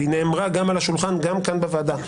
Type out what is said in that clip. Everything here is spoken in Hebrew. והיא נאמרה גם כאן בוועדה,